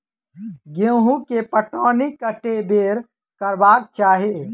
गेंहूँ केँ पटौनी कत्ते बेर करबाक चाहि?